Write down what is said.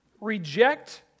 reject